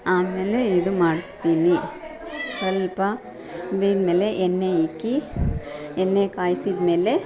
ಆಮೇಲೆ ಇದು ಮಾಡ್ತೀನಿ ಸ್ವಲ್ಪ ಮೇಲೆ ಎಣ್ಣೆ ಇಕ್ಕಿ ಎಣ್ಣೆ ಕಾಯಿಸಿದ್ಮೇಲೆ